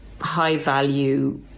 high-value